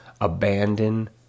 Abandon